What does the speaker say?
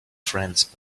friends